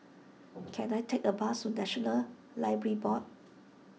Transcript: can I take a bus National Library Board